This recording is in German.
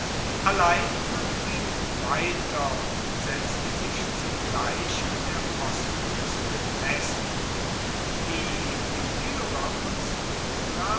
allein man ging weiter und setzte sich zugleich an der ostkueste fest die illyrier von